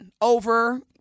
over